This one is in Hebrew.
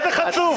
איזה חצוף.